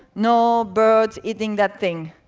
no birds eating that thing.